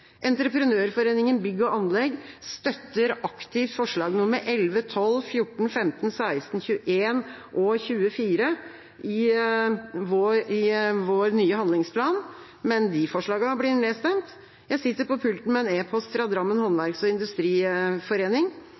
Entreprenørforeningen – Bygg og Anlegg støtter aktivt forslagene nr. 11, 12, 14, 15, 16, 21 og 24 i vår nye handlingsplan. Men de forslagene blir nedstemt. Jeg sitter med en epost fra Drammens Håndverk- og Industriforening